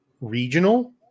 regional